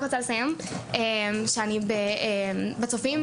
אני בצופים,